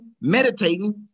meditating